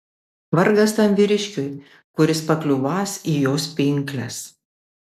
vargas tam vyriškiui kuris pakliūvąs į jos pinkles